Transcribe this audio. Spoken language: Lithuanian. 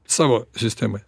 savo sistemoj